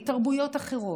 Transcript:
מתרבויות אחרות,